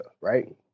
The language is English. Right